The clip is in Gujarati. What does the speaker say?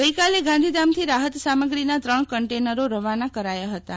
આજે ગાંધીધામથી રાહત સામગ્રીનાં ત્રણ કન્ટેનરો રવાના કરાયાં હતાં